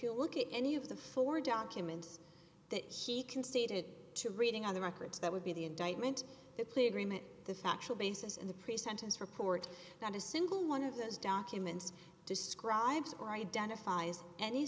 you look at any of the four documents that he conceded to reading on the records that would be the indictment that plea agreement the factual basis and the pre sentence report not a single one of those documents describes or identifies any